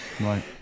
right